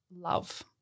love